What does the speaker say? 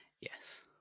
Yes